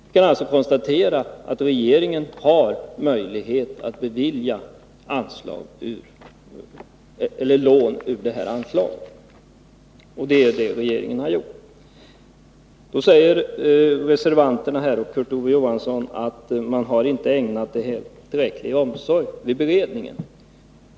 Vi kan alltså konstatera att regeringen har möjlighet att bevilja lån ur detta anslag — och det är det som regeringen har gjort. Då säger reservanterna och Kurt Ove Johansson att regeringen inte ägnat den här frågan tillräcklig omsorg vid beredningen.